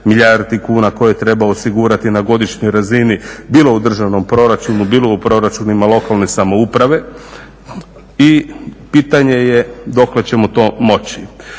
milijardi kuna koje treba osigurati na godišnjoj razini bilo u državnom proračunu, bilo u proračunima lokalne samouprave i pitanje je dokle ćemo to moći.